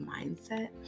mindset